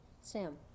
Sam